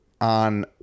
on